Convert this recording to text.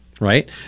right